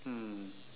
hmm